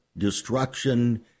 destruction